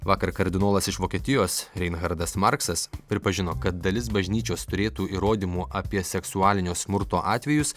vakar kardinolas iš vokietijos reinchardas marksas pripažino kad dalis bažnyčios turėtų įrodymų apie seksualinio smurto atvejus